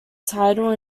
title